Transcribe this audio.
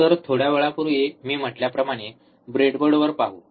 तर थोड्या वेळापूर्वी मी म्हटल्याप्रमाणे ब्रेडबोर्डवर पाहू